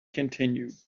continued